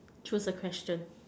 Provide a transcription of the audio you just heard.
choose a question